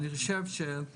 אני חושב שזה